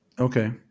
Okay